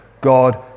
God